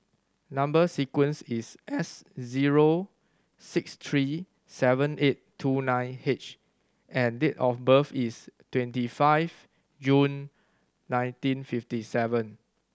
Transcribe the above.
number sequence is S zero six three seven eight two nine H and date of birth is twenty five June nineteen fifty seven